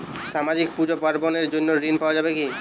সামাজিক পূজা পার্বণ এর জন্য ঋণ পাওয়া যাবে কি?